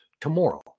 tomorrow